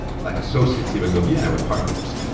like associates, even though yeah they were partners.